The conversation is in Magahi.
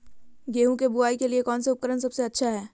गेहूं के बुआई के लिए कौन उपकरण सबसे अच्छा है?